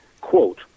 Quote